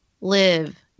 live